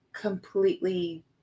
completely